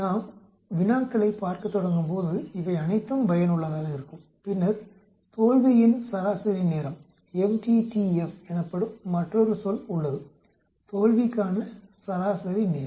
நாம் வினாக்களைப் பார்க்கத் தொடங்கும் போது இவை அனைத்தும் பயனுள்ளதாக இருக்கும் பின்னர் தோல்வியின் சராசரி நேரம் MTTF எனப்படும் மற்றொரு சொல் உள்ளது தோல்விக்கான சராசரி நேரம்